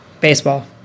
Baseball